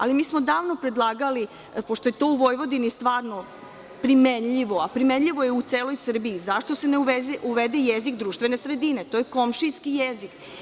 Ali, mi smo davno predlagali, pošto je to u Vojvodini stvarno primenljivo, a primenljivo je i u celoj Srbiji, zašto se ne uvede i jezik društvene sredine, to je komšijski jezik?